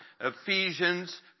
Ephesians